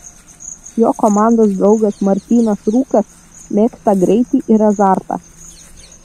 jo komandos draugas martynas rūkas mėgsta greitį ir azartą